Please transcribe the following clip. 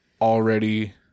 already